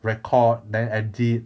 record then edit